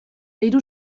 hiru